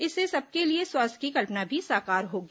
इससे सबके लिए स्वास्थ्य की कल्पना भी साकार होगी